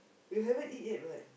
you haven't eat yet what